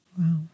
Wow